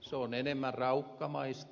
se on enemmän raukkamaista